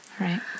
Right